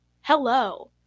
hello